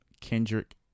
Kendrick